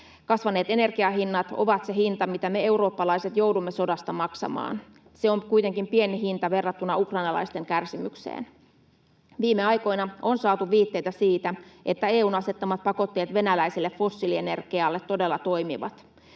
Kasvaneet energianhinnat ovat se hinta, mitä me eurooppalaiset joudumme sodasta maksamaan. Se on kuitenkin pieni hinta verrattuna ukrainalaisten kärsimykseen. Viime aikoina on saatu viitteitä siitä, että EU:n asettamat pakotteet venäläiselle fossiilienergialle todella toimivat.